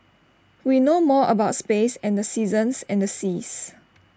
we know more about space and the seasons and the seas